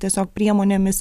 tiesiog priemonėmis